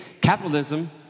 Capitalism